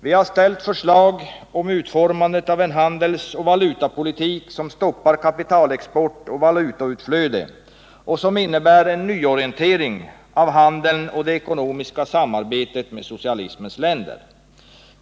Vi har väckt förslag om utformandet av en handelsoch valutapolitik som stoppar kapitalexport och valutautflöde och som innebär en nyorientering av handeln och det ekonomiska samarbetet med de socialistiska länderna.